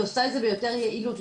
היא עושה את זה ביותר יעילות.